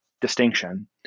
distinction